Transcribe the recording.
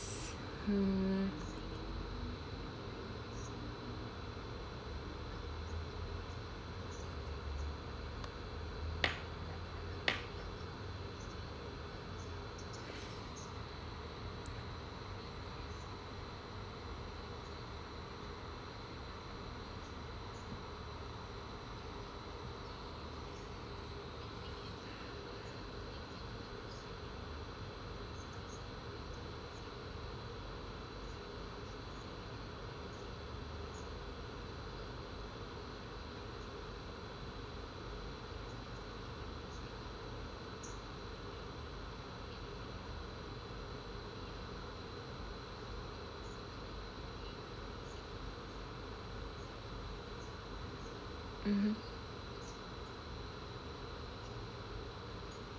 hmm mmhmm